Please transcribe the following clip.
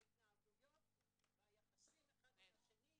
ההתנהגויות והיחסים אחד עם השני,